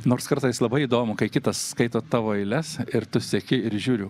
nors kartais labai įdomu kai kitas skaito tavo eiles ir tu seki ir žiūriu